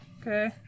Okay